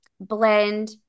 blend